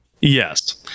Yes